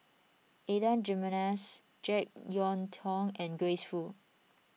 Adan Jimenez Jek Yeun Thong and Grace Fu